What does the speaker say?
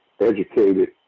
educated